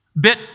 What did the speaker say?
bit